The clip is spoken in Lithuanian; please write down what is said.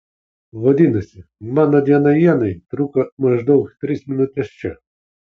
vadinasi mano diena ienai truko maždaug tris minutes čia